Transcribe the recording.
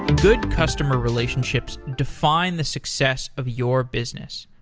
good customer relationships define the success of your business.